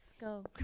Go